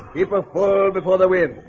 keep a fool before the way